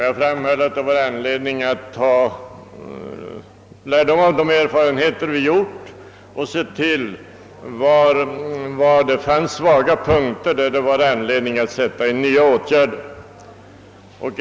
Jag påpekade att det fanns skäl att ta lärdom av de erfarenheter vi gjort och undersöka var det fanns svaga punkter, som gav anledning att vidta nya åtgärder.